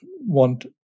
want